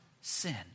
sin